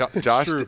Josh